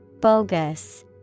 Bogus